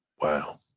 Wow